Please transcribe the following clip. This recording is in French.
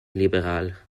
libérales